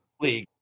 League